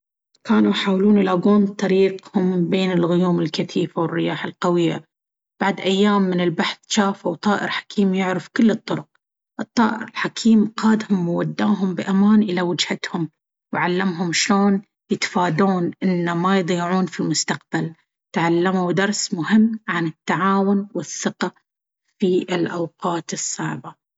كانوا يحاولون يلاقون طريقهم بين الغيوم الكثيفة والرياح القوية. بعد أيام من البحث، جافوا طائر حكيم يعرف كل الطرق. الطائر الحكيم قادهم ووداهم بأمان إلى وجهتهم، وعلمهم شلون ييتفادون ان ما يضيعون في المستقبل. تعلموا درس مهم عن التعاون والثقة في الأوقات الصعبة.